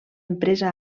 empresa